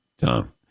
Tom